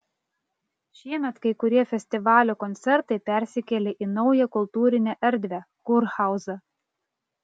šiemet kai kurie festivalio koncertai persikėlė į naują kultūrinę erdvę kurhauzą